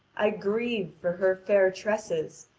i grieve for her fair tresses,